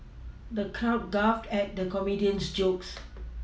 the crowd guffawed at the comedian's jokes